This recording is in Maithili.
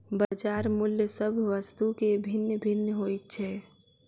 बजार मूल्य सभ वस्तु के भिन्न भिन्न होइत छै